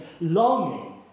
longing